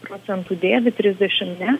procentų dėvi trisdešim ne